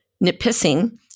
Nipissing